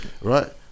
right